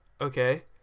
Okay